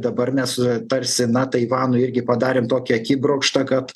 dabar mes tarsi taivanui irgi padarėm tokį akibrokštą kad